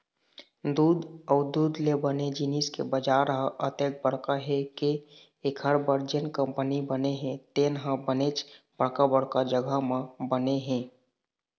दूद अउ दूद ले बने जिनिस के बजार ह अतेक बड़का हे के एखर बर जेन कंपनी बने हे तेन ह बनेच बड़का बड़का जघा म बने हे